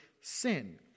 sin